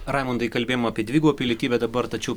raimundai kalbėjom apie dvigubą pilietybę dabar tačiau